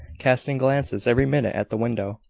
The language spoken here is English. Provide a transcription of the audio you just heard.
casting glances every minute at the window.